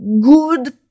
good